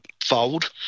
fold